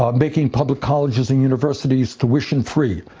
um making public colleges and universities tuition free,